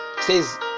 says